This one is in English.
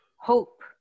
hope